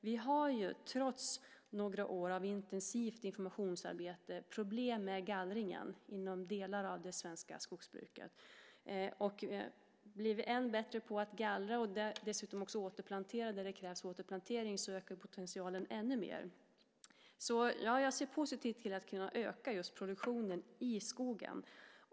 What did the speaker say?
Vi har, trots några år av intensivt informationsarbete, problem med gallringen inom delar av det svenska skogsbruket. Blir vi än bättre på att gallra och dessutom också återplanterar där det krävs återplantering ökar potentialen ännu mer. Jag ser positivt på att kunna öka just produktionen i skogen.